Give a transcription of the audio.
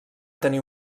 tenir